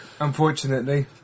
Unfortunately